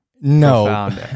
no